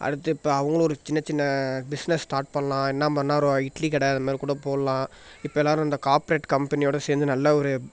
அடுத்து இப்போ அவங்களும் ஒரு சின்ன சின்ன பிஸ்னஸ் ஸ்டார்ட் பண்ணலாம் என்ன பண்ணிணா ஒரு இட்லி கடை அது மாரி கூட போடலாம் இப்போ எல்லோரும் இந்த கார்ப்ரேட் கம்பெனியோடு சேர்ந்து நல்ல ஒரு